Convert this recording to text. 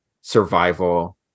survival